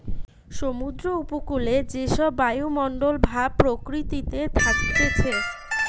সমুদ্র উপকূলে যে সব বায়ুমণ্ডল ভাব প্রকৃতিতে থাকতিছে